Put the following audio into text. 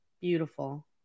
beautiful